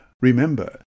Remember